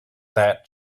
that